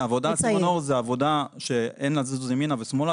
העבודה סימנור היא עבודה שאין לזוז ימינה ושמאלה,